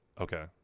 Okay